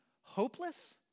hopeless